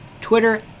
Twitter